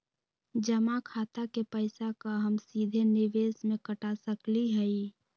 जमा खाता के पैसा का हम सीधे निवेस में कटा सकली हई?